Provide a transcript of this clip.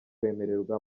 bemererwa